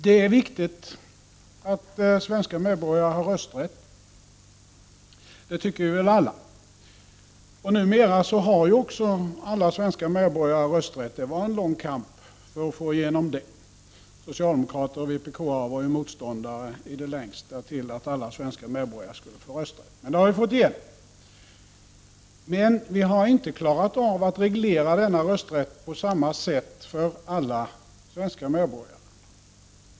Det är viktigt att svenska medborgare har rösträtt; det tycker vi väl alla. Numera har ju också alla svenska medborgare rösträtt. Det var en lång kamp för att få igenom det. Socialdemokrater och vpk-are var ju motståndare i det längsta till att alla svenska medborgare skulle få rösträtt, men det har vi fått igenom. Men vi har inte klarat av att reglera denna rösträtt på samma sätt för alla svenska medborgare.